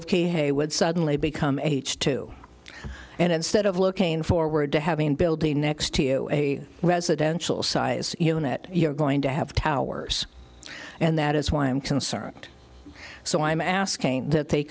of key hay would suddenly become h two and instead of looking forward to having building next to you a residential size unit you're going to have towers and that is why i'm concerned so i am asking that they